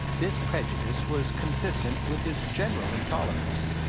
this prejudice was consistent with his general intolerance,